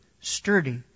sturdy